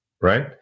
right